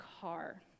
car